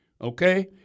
okay